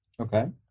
Okay